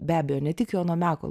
be abejo ne tik jono meko